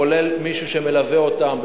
כולל מישהו שמלווה אותם,